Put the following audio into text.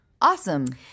Awesome